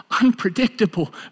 unpredictable